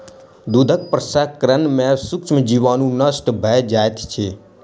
दूधक प्रसंस्करण में सूक्ष्म जीवाणु नष्ट भ जाइत अछि